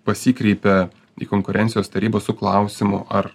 pasikreipia į konkurencijos tarybą su klausimu ar